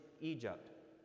Egypt